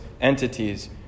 entities